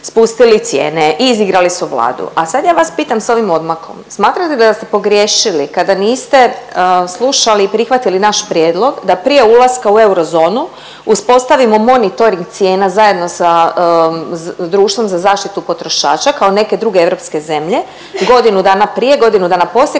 spustili cijene i izigrali su vladu. A sad ja vas pitam s ovim odmakom, smatrate li da ste pogriješili kada niste slušali i prihvatili naš prijedlog da prije ulaska u eurozonu uspostavimo monitoring cijena zajedno sa društvom za zaštitu potrošača, kao neke druge europske zemlje, godinu dana prije, godinu dana poslije